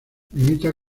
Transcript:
limita